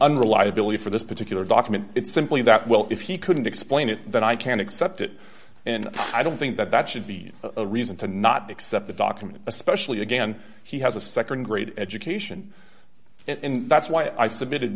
unreliability for this particular document it's simply that well if he couldn't explain it then i can accept it and i don't think that that should be a reason to not accept the document especially again he has a nd grade education and that's why i submitted